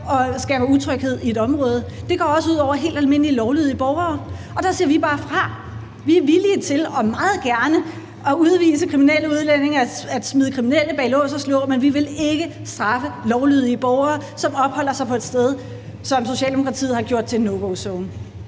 og skaber utryghed i et område. Det går også ud over helt almindelige lovlydige borgere. Der siger vi bare fra. Vi er villige til – og vi gør det meget gerne – at udvise kriminelle udlændinge og smide kriminelle bag lås og slå, men vi vil ikke straffe lovlydige borgere, som opholder sig på et sted, som Socialdemokratiet har gjort til en no go-zone.